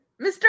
Mr